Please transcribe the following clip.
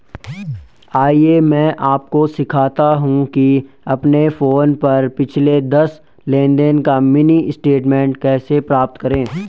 आइए मैं आपको सिखाता हूं कि अपने फोन पर पिछले दस लेनदेन का मिनी स्टेटमेंट कैसे प्राप्त करें